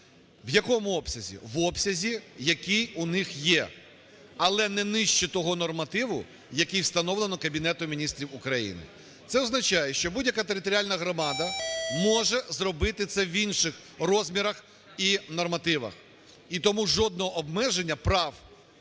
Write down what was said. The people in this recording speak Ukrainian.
В якому обсязі? В обсязі, який у них є, але не нижче того нормативу, який встановлено Кабінетом Міністрів України. Це означає, що будь-яка територіальна громада може зробити це в інших розмірах і нормативах. І тому жодного обмеження прав